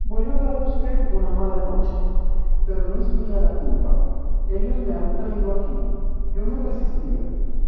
voy a dar a usted una mala noche pero no es mía la culpa ellos me han traído aquí yo me resistía